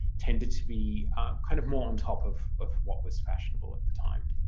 tended to be kind of more on top of of what was fashionable at the time.